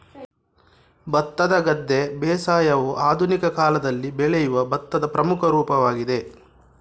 ಭತ್ತದ ಗದ್ದೆ ಬೇಸಾಯವು ಆಧುನಿಕ ಕಾಲದಲ್ಲಿ ಬೆಳೆಯುವ ಭತ್ತದ ಪ್ರಮುಖ ರೂಪವಾಗಿದೆ